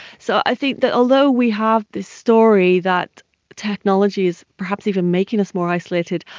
so i think that although we have the story that technology is perhaps even making us more isolated,